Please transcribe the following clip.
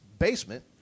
Basement